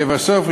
לבסוף,